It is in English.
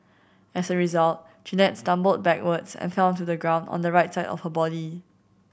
as a result Jeannette stumbled backwards and fell to the ground on the right side of her body